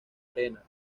arena